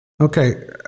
Okay